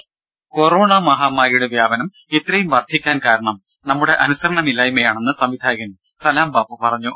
ടെട്ട corona മഹാമാരിയുടെ വ്യാപനം ഇത്രയും വർദ്ധിക്കാൻ കാരണം നമ്മുടെ അനുസരണയില്ലായ്മയാണെന്ന് സംവിധായകൻ സലാം ബാപ്പു പറഞ്ഞു